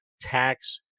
tax